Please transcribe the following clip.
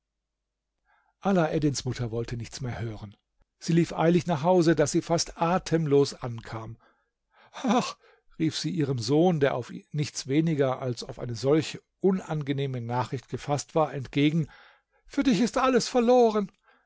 alaeddins mutter wollte nichts mehr hören sie lief eilig nach hause daß sie fast atemlos ankam ach rief sie ihrem sohn der auf nichts weniger als auf eine solche unangenehme nachricht gefaßt war entgegen für dich ist alles verloren